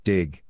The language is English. Dig